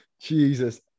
Jesus